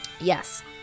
Yes